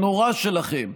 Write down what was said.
הנורא שלכם,